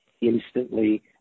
instantly